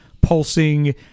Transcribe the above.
pulsing